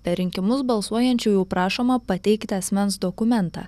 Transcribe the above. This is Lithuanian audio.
per rinkimus balsuojančiųjų prašoma pateikti asmens dokumentą